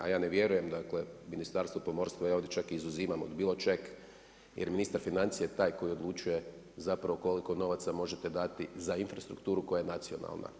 A ja ne vjerujem, Ministarstvu pomorstva, ja ovdje čak izuzimam od bilo čega, jer ministar financija je taj koji odlučuje zapravo koliko novaca možete dati za infrastrukturu koja je nacionalna.